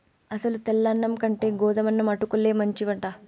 అసలు తెల్ల అన్నం కంటే గోధుమన్నం అటుకుల్లే మంచివట